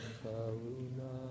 karuna